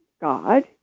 God